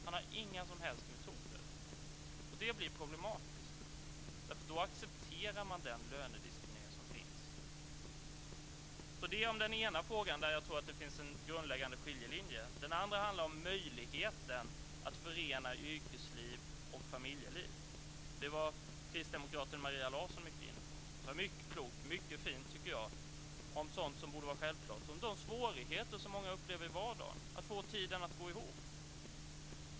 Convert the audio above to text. Han har inga som helst metoder. Det blir problematiskt, för då accepterar man den lönediskriminering som finns. Det var den ena frågan där jag tror att det finns en grundläggande skiljelinje. Den andra handlar om möjligheten att förena yrkesliv och familjeliv. Detta var kristdemokraten Maria Larsson mycket inne på. Hon sade mycket klokt och mycket fint, tycker jag, om sådant som borde vara självklart, om de svårigheter som många upplever i vardagen att få tiden att gå ihop.